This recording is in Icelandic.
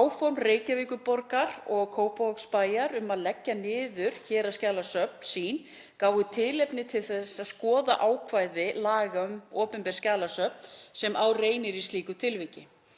Áform Reykjavíkurborgar og Kópavogsbæjar um að leggja niður héraðsskjalasöfn sín gáfu tilefni til að skoða þau ákvæði laga um opinber skjalasöfn sem á reynir í slíku tilviki.